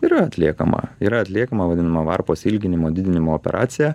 yra atliekama yra atliekama vadinama varpos ilginimo didinimo operacija